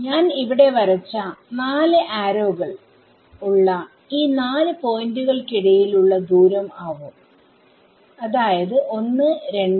ഞാൻ ഇവിടെ വരച്ച4 ആരോകൾ ഉള്ള ഈ 4 പോയിന്റുകൾക്കിടയിൽ ഉള്ള ദൂരം ആവും അതായത് 1234